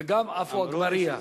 וגם עפו אגבאריה.